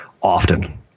often